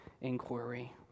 inquiry